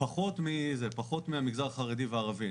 פחות מהמגזר החרדי והערבי.